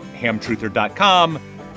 hamtruther.com